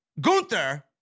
Gunther